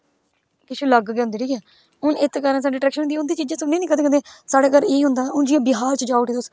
किश अगल गै होंदे ठीक ऐ हून इन्नी सारी अटरेक्शन होंदी एह् सब सुननी ना कंदे कुतै साढ़े घर एह् होंदा हून जियां ब्याह च जाओ उठी तुस